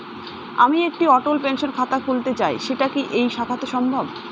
আমি একটি অটল পেনশন খাতা খুলতে চাই সেটা কি এই শাখাতে সম্ভব?